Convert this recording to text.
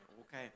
okay